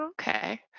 Okay